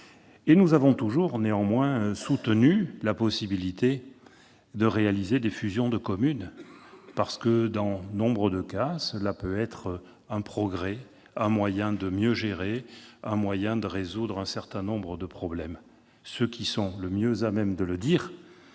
nous avons toujours soutenu la possibilité de réaliser des fusions de communes. Dans nombre de cas, cela peut être un progrès, un moyen de mieux gérer et de résoudre certains problèmes. Ceux qui sont le mieux à même de le dire,